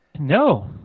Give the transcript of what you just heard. no